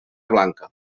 blanca